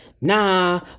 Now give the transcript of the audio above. nah